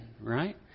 right